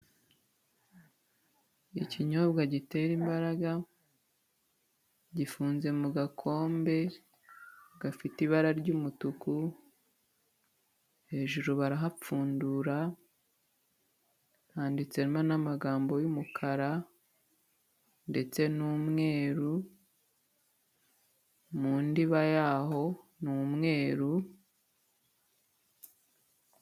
Ikinyobwa gitera imbaraga, gifunze mu gakombe gafite ibara ry'umutuku, hejuru barahapfundura, handitsemo n'amagambo y'umukara ndetse n'umweru, mu ndiba yaho ni umweru.